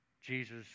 Jesus